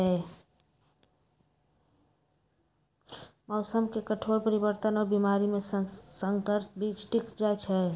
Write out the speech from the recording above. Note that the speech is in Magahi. मौसम के कठोर परिवर्तन और बीमारी में संकर बीज टिक जाई छई